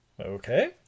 Okay